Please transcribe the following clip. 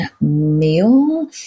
meal